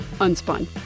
Unspun